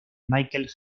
michael